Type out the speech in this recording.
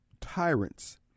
tyrants